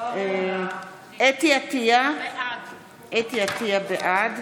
חוה אתי עטייה, בעד